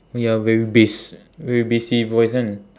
ya very bass very bassy voice kan